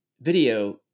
video